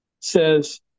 says